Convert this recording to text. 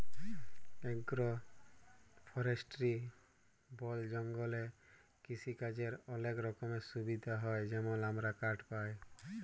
agro forestry বল জঙ্গলে কিসিকাজের অলেক রকমের সুবিধা হ্যয় যেমল আমরা কাঠ পায়